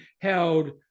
held